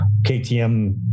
KTM